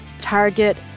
Target